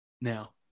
now